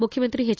ಮುಖ್ಯಮಂತ್ರಿ ಪೆಚ್